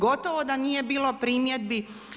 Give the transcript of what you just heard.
Gotovo da nije bilo primjedbi.